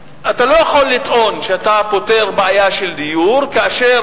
אתה לא יכול לטעון שאתה פותר בעיה של דיור כאשר